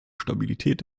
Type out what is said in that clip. stabilität